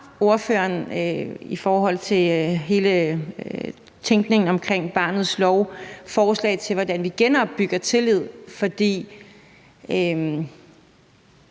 ordføreren i forhold til hele tænkningen omkring barnets lov nogle forslag til, hvordan vi genopbygger tilliden? For